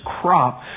crop